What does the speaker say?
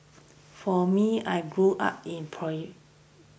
for me I grew up in